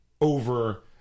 over